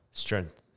strength